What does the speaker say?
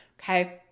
okay